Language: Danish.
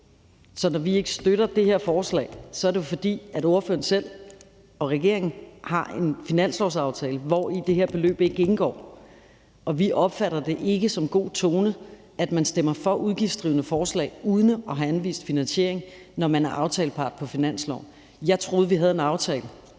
Så når vi ikke støtter det her forslag, er det, fordi ordførerens eget parti og regeringen har en finanslovsaftale, hvori det her beløb ikke indgår. Vi opfatter det ikke som god tone, at man stemmer for udgiftsdrivende forslag uden at have anvist finansiering, når man er aftalepart på finansloven. Jeg troede, at vi havde en aftale.